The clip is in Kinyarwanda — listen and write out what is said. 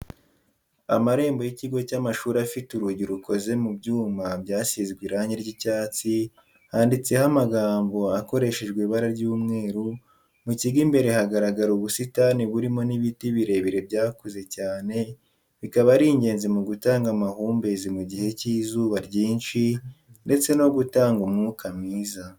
Amarembo y'ikigo cy'amashuri afite urugi rukoze mu byuma byasizwe irangi ry'icyatsi handitseho amagambo akoreshejwe ibara ry'umweru, mu kigo imbere hagaragara ubusitani burimo n'ibiti birebire byakuze cyane bikaba ari ingenzi mu gutanga amahumbezi mu gihe cy'izuba ryinshi ndetse no gutanga umwuka mwiza.